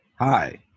Hi